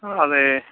അതേ